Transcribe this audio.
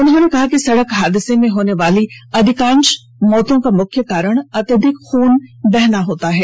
उन्होंने कहा कि सड़क हादसे में होने वाली अधिकांश मौतों का मुख्य कारण अत्यधिक खून बहना होता है